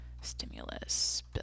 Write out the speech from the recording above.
stimulus